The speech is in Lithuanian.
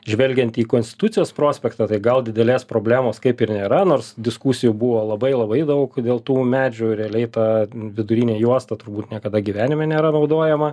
žvelgiant į konstitucijos prospektą tai gal didelės problemos kaip ir nėra nors diskusijų buvo labai labai daug dėl tų medžių realiai ta vidurinė juosta turbūt niekada gyvenime nėra naudojama